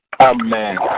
amen